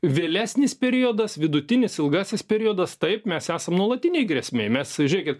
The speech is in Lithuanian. vėlesnis periodas vidutinis ilgasis periodas taip mes esam nuolatinėj grėsmėj mes žiūrėkit